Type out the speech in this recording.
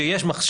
שיש מחשב,